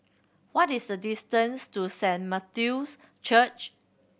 what is the distance to Saint Matthew's Church